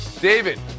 David